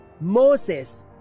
Moses